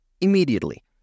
immediately